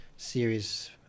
series